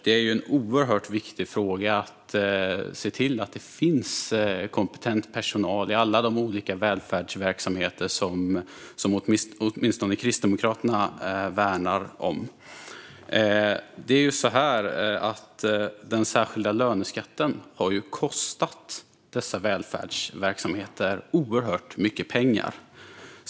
Det är en oerhört viktig fråga att se till att det finns kompetent personal i alla de olika välfärdsverksamheter som åtminstone Kristdemokraterna värnar. Den särskilda löneskatten har kostat dessa välfärdsverksamheter oerhört mycket pengar.